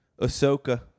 Ahsoka